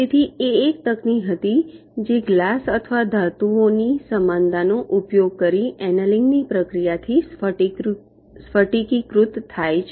તેથી તે એક તકનીક હતી જે ગ્લાસ અથવા ધાતુઓની સમાનતાનો ઉપયોગ કરી એનેલિંગ ની પ્રક્રિયાથી સ્ફટિકીકૃત થાય છે